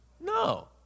No